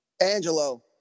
Angelo